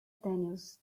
daniels